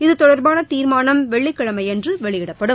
இதுதொடர்பான தீர்மானம் வெள்ளிக்கிழமையன்று வெளியிடப்படும்